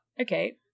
okay